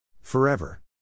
Forever